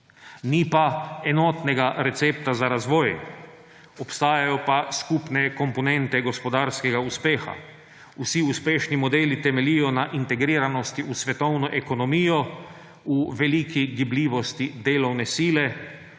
Ni pa enotnega recepta za razvoj, obstajajo pa skupne komponente gospodarskega uspeha. Vsi uspešni modeli temeljijo na integriranosti v svetovno ekonomijo, v veliki gibljivosti delovne sile,